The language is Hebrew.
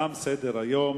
תם סדר-היום.